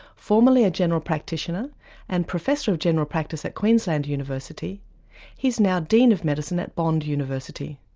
formerly a general practitioner and professor of general practice at queensland university he's now dean of medicine at bond university.